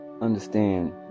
understand